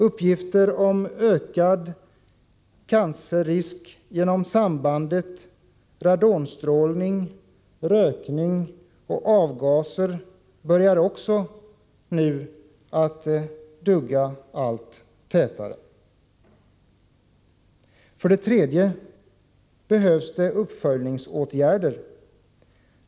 Uppgifter om ökad cancerrisk genom sambandet radonstrålning-rökningavgaser börjar också att dugga allt tätare. För det tredje krävs uppföljningsåtgärder.